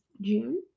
June